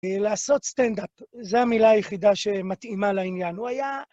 לעשות סטנדאפ, זו המילה היחידה שמתאימה לעניין, הוא היה...